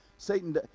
Satan